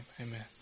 Amen